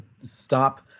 stop